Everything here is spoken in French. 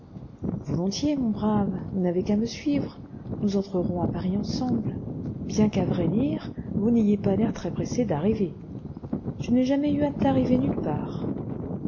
volontiers mon brave vous n'avez qu'à me suivre nous entrerons à paris ensemble bien qu'à vrai dire vous n'ayez pas l'air très-pressé d'arriver je n'ai jamais eu hâte d'arriver nulle part